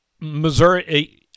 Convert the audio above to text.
Missouri